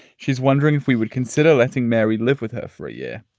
she's wondering if we would consider letting mary live with her for a year.